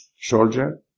soldier